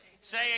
Say